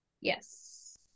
yes